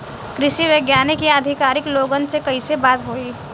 कृषि वैज्ञानिक या अधिकारी लोगन से कैसे बात होई?